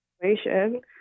situation